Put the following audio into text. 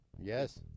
Yes